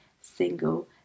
single